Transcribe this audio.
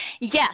Yes